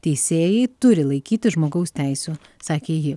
teisėjai turi laikytis žmogaus teisių sakė ji